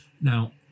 Now